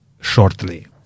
shortly